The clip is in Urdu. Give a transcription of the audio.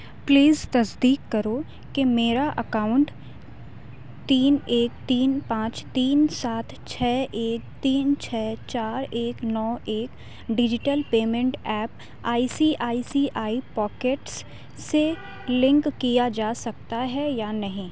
پلیز تصدیق کرو کہ میرا اکاؤنٹ تین ایک تین پانچ تین سات چھ ایک تین چھ چار ایک نو ایک digital payment app I C I C I Pockets سے لنک کیا جا سکتا ہے یا نہیں